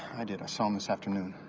i did. i saw him this afternoon.